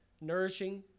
nourishing